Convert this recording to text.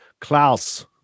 Klaus